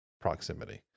proximity